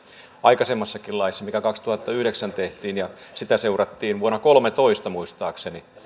aikaisemmassakin laissa mikä kaksituhattayhdeksän tehtiin ja sitä seurattiin vuonna kolmetoista muistaakseni